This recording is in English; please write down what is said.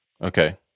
Okay